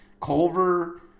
Culver